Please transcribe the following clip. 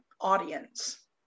audience